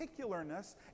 particularness